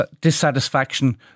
dissatisfaction